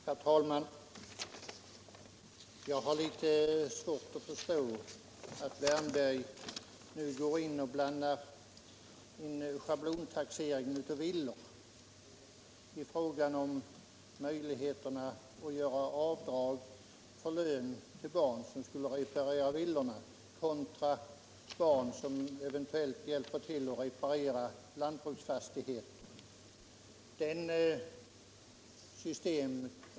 Herr talman! Jag har litet svårt att förstå att herr Wärnberg nu blandar in schablontaxeringen av villor i debatten. Han talar om möjligheterna att göra avdrag för lön till barn som hjälper till att reparera föräldrarnas villa kontra möjligheten att göra avdrag för lön till barn som hjälper till att reparera föräldrarnas lantbruksfastighet.